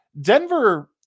Denver